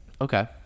Okay